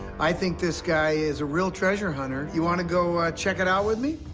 i think this guy is a real treasure hunter. you wanna go check it out with me?